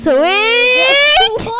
Sweet